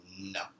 No